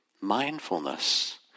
mindfulness